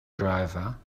driver